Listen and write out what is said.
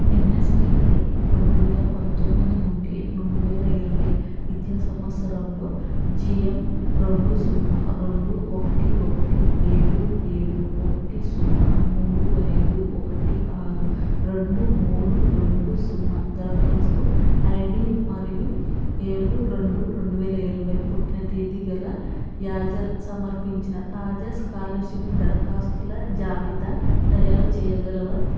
ఎన్ఎస్పీపై రెండు వేల పంతొమ్మిది నుండి రెండు వేల ఇరవై విద్యా సంవత్సరంలో జీఎం రెండు సున్నా రెండు ఒకటి ఒకటి ఏడు ఏడు ఒకటి సున్నా మూడు ఐదు ఒకటి ఆరు రెండు మూడు రెండు సున్నా దరఖాస్తు ఐడీ మరియు ఏడు రెండు రెండు వేల ఇరవై పుట్టిన తేది గల యాజర్ సమర్పించిన తాజా స్కాలర్షిప్ దరఖాస్తుల జాబితా తయారుచేయగలవా